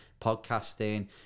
podcasting